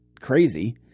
crazy